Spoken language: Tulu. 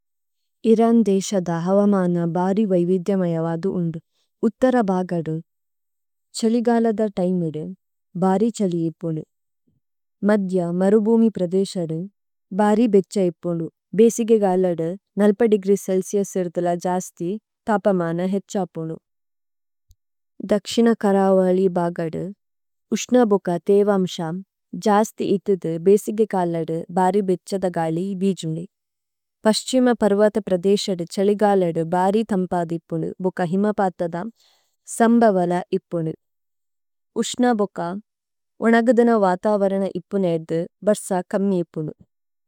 ഇരനദിശദ് ഹവമന ബര്ര്യ് വേവിദയമയവദമ് ഉനദ, ഉതര ബഗദി, ഛലിഗല ദേമന്ദ്, ബര്ര്യ് ഛലിയപനദ, ഗജി സഛിമപരവഥപര, ഛലിഗല, ബര്ര്യ് തമപദിപന, ബഗ ഹിമപതദ, സമ്ബവല ഇപനദ। ഉശനബഗ, ഉനഗദന വതവരന ഇപനൈരദി, ബരസ കമിയപന।